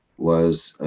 was.